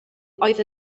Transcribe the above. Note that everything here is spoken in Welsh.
oedd